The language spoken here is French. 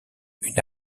une